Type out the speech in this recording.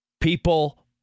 People